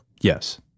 Yes